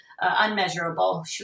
unmeasurable